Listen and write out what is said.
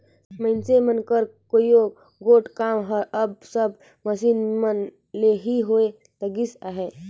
मइनसे मन कर कइयो गोट काम हर अब सब मसीन मन ले ही होए लगिस अहे